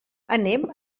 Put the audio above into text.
anem